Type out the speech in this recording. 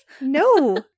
No